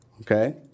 Okay